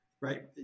right